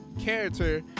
Character